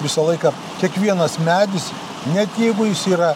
visą laiką kiekvienas medis net jeigu jis yra